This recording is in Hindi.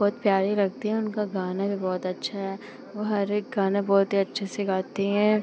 बहुत प्यारी लगती हैं उनका गाना भी बहुत अच्छा है वे हर एक गाना बहुत ही अच्छे से गाती हैं